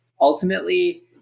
ultimately